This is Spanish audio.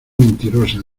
mentirosa